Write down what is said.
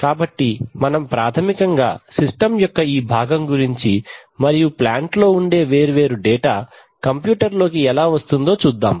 కాబట్టి మనం ప్రాథమికంగా సిస్టమ్ యొక్క ఈ భాగం గురించి మరియు ప్లాంట్ లో ఉండే వేరు వేరు డేటా కంప్యూటర్ లోకి ఎలా వస్తుందో చూద్దాం